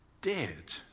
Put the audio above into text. dead